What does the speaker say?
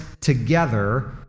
together